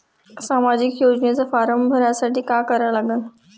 सामाजिक योजनेचा फारम भरासाठी का करा लागन?